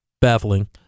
baffling